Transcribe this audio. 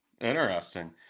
Interesting